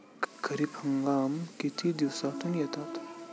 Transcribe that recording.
खरीप हंगाम किती दिवसातून येतात?